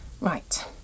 Right